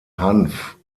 hanf